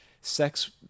sex